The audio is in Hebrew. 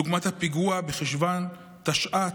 דוגמת הפיגוע בחשוון התשע"ט,